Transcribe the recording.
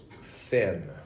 thin